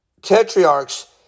tetrarchs